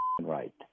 right